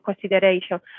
consideration